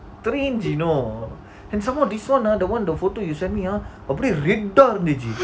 three d~ no and some more dishonour the window photo you sent ugly if you don't need you